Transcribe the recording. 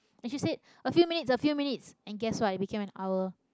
and she said a few minutes a few minutes and guess what it became an hour